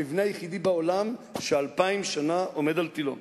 המבנה היחיד בעולם שאלפיים שנה עומד על תלו.